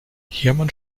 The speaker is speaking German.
hermann